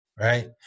Right